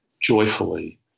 joyfully